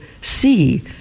see